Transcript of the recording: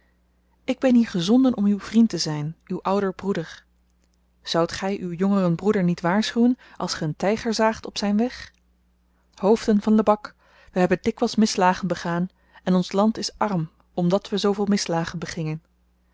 ik ben hier gezonden om uw vriend te zyn uw ouder broeder zoudt gy uw jongeren broeder niet waarschuwen als ge een tyger zaagt op zyn weg hoofden van lebak we hebben dikwyls misslagen begaan en ons land is arm omdat we zooveel misslagen begingen